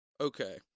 okay